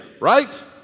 right